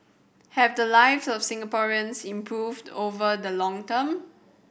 have the lives of Singaporeans improved over the long term